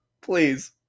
Please